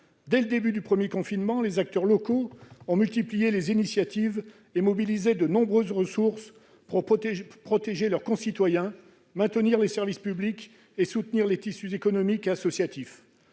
Dès le début du premier confinement, les acteurs locaux ont multiplié les initiatives et mobilisé de nombreuses ressources pour protéger leurs concitoyens, maintenir les services publics et soutenir les tissus économique et associatif.